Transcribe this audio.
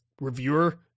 reviewer